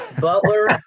Butler